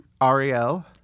Ariel